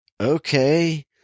okay